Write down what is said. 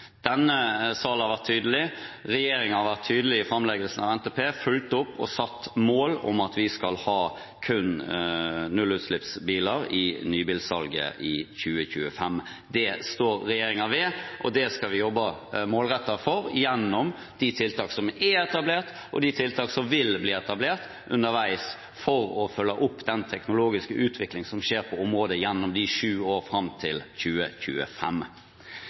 Denne sal har vært tydelig. Regjeringen har vært tydelig i framleggelsen av NTP, fulgt opp og satt et mål om at vi skal ha kun nullutslippsbiler i nybilsalget i 2025. Det står regjeringen ved, og det skal vi jobbe målrettet for gjennom de tiltakene som er etablert, og de tiltakene som vil bli etablert underveis, for å følge opp den teknologiske utviklingen som skjer på området i de sju årene fram til 2025.